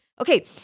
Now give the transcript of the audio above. Okay